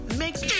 makes